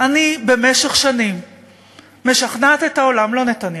וכל הרפורמות שנערכו עד היום,